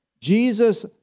Jesus